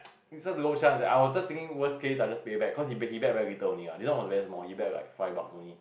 so the little chance that I was just thinking worse case I just pay back cause he bet he bet very little only lah this one was very small he bet like five bucks only